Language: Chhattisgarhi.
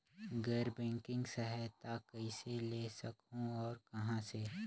गैर बैंकिंग सहायता कइसे ले सकहुं और कहाँ से?